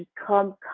become